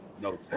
no